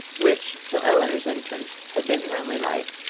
which, till elinor's entrance, had been her only light.